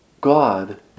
God